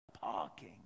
parking